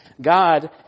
God